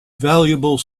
valuable